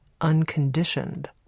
unconditioned